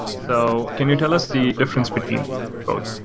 so can you tell us the difference between both?